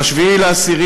ב-7 באוקטובר,